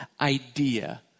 idea